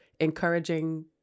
encouraging